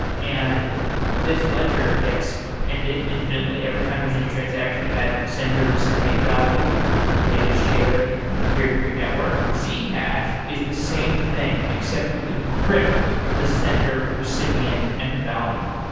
and this ledger gets appended infinitely. every time there's a new transaction, you add sender recipient value and it gets shared in the peer-to-peer network. zcash is the same thing, except you encrypt the sender recipient and value.